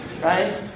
right